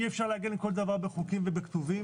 אי אפשר לעגן כל דבר בחוקים ובכתובים,